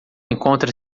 encontra